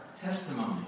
testimony